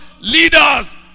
leaders